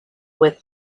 with